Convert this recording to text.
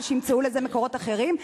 אבל שימצאו לזה מקורות אחרים,